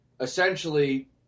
essentially